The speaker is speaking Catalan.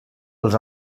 els